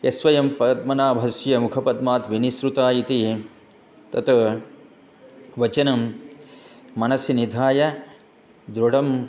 यत् स्वयं पद्मनाभस्य मुखपद्मात् विनिश्रुता इति तत् वचनं मनसि निधाय दृढम्